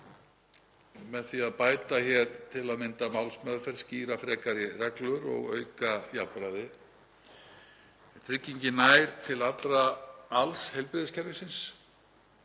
með því að bæta hér til að mynda málsmeðferð, skýra frekar reglur og auka jafnræði. Tryggingin nær til alls heilbrigðiskerfisins,